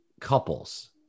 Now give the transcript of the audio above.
couples